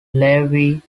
larvae